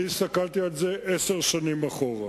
אני הסתכלתי על זה עשר שנים אחורה.